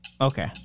Okay